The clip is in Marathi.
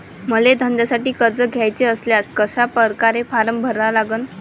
मले धंद्यासाठी कर्ज घ्याचे असल्यास कशा परकारे फारम भरा लागन?